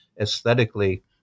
aesthetically